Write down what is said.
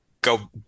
go